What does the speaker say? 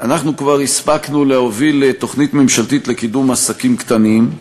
אנחנו כבר הספקנו להוביל תוכנית ממשלתית לקידום עסקים קטנים,